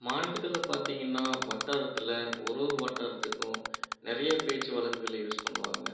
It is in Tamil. மாநிலத்தில் பார்த்தீங்கன்னா வட்டாரத்தில் ஒரு ஒரு வட்டாரத்துக்கும் நிறைய பேச்சு வழக்குகளை யூஸ் பண்ணுவாங்க